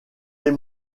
les